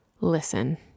listen